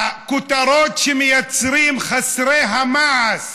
הכותרות שמייצרים חסרי המעש